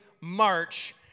March